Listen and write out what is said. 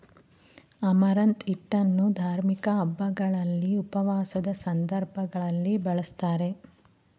amaranth ಹಿಟ್ಟನ್ನು ಧಾರ್ಮಿಕ ಹಬ್ಬಗಳಲ್ಲಿ, ಉಪವಾಸದ ಸಂದರ್ಭಗಳಲ್ಲಿ ಬಳ್ಸತ್ತರೆ